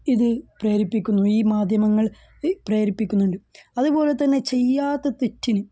ഇത് പ്രേരിപ്പിക്കുന്നു ഈ മാധ്യമങ്ങൾ പ്രേരിപ്പിക്കുന്നുണ്ട് അതുപോലെ തന്നെ ചെയ്യാത്ത തെറ്റിന്